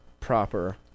proper